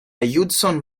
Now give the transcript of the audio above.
hudson